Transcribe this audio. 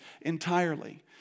entirely